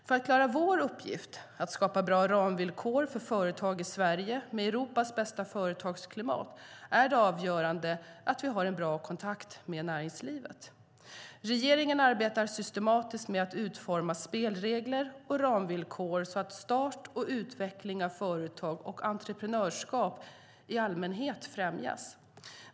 För att klara vår uppgift att skapa bra ramvillkor för företag i Sverige med Europas bästa företagsklimat är det avgörande att vi har en bra kontakt med näringslivet. Regeringen arbetar systematiskt med att utforma spelregler och ramvillkor så att start och utveckling av företag och entreprenörskap i allmänhet främjas.